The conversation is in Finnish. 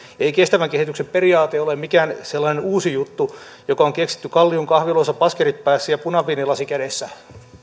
ei kestävän kehityksen periaate ole mikään sellainen uusi juttu joka on keksitty kallion kahviloissa baskerit päässä ja punaviinilasi kädessä